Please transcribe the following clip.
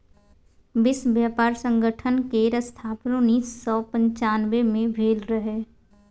विश्व बेपार संगठन केर स्थापन उन्नैस सय पनचानबे मे भेल रहय